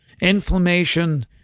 Inflammation